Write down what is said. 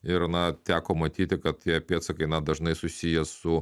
ir na teko matyti kad tie pėdsakai na dažnai susiję su